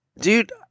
dude